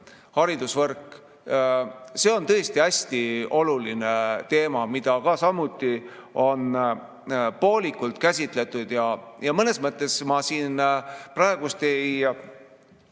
haridusvõrk. See on tõesti hästi oluline teema, mida samuti on poolikult käsitletud. Mõnes mõttes ma praegu ei